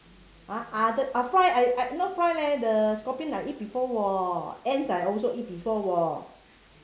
!huh! other ah fly I no fly leh the scorpion I eat before [wor] ants I also eat before [wor]